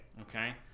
Okay